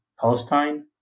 Palestine